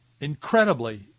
incredibly